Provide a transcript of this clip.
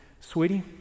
Sweetie